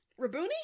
Rabuni